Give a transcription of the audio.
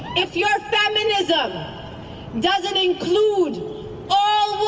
if your feminism doesn't include all